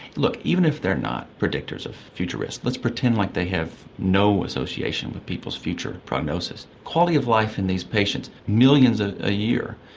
look, even if they are not predictors of future risk, let's pretend like they have no association with people's future prognosis, the quality of life in these patients, millions a ah year,